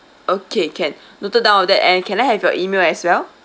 okay can noted down all that and can I have your E-mail as well